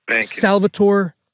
Salvatore